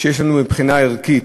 שיש לנו מבחינה ערכית.